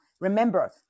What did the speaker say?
remember